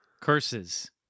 Curses